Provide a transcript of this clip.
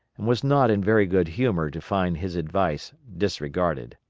and was not in very good humor to find his advice disregarded.